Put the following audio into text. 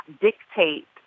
dictate